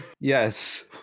Yes